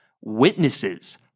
witnesses